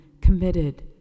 committed